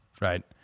Right